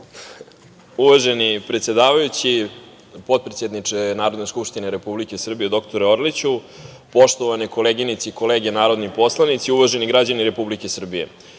predsedavajući, potpredsedničke Narodne skupštine Republike Srbije dr Orliću, poštovane koleginice i kolege narodni poslanici, uvaženi građani Republike Srbije,